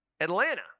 Atlanta